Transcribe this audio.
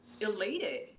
elated